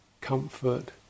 comfort